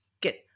get